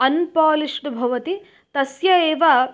unpolished भवति तस्य एव